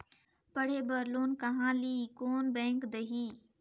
पढ़े बर लोन कहा ली? कोन बैंक देही?